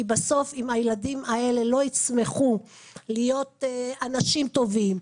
כי בסוף אם הילדים האלה לא יצמחו להיות אנשים טובים,